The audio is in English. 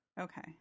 Okay